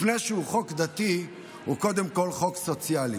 לפני שהוא חוק דתי, הוא קודם כול חוק סוציאלי.